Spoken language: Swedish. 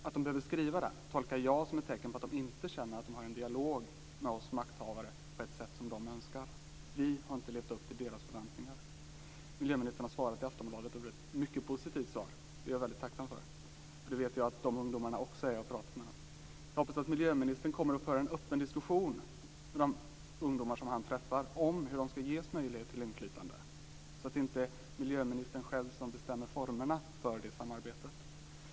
Att de behöver skriva det tolkar jag som ett tecken på att de inte känner att de har en dialog med oss makthavare på ett sätt som de önskar. Vi har inte levt upp till deras förväntningar. Miljöministern har svarat i Aftonbladet, och det var ett mycket positivt svar. Det är jag väldigt tacksam för, och det vet jag att dessa ungdomar också är; jag har pratat med dem. Jag hoppas att miljöministern kommer att föra en öppen diskussion med de ungdomar som han träffar om hur de skall ges möjlighet till inflytande, så att det inte är miljöministern själv som bestämmer formerna för det samarbetet.